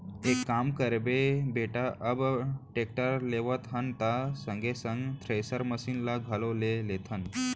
एक काम करबे बेटा अब टेक्टर लेवत हन त संगे संग थेरेसर मसीन ल घलौ ले लेथन